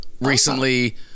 recently